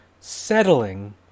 settling